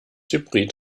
hybrid